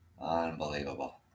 Unbelievable